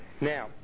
Now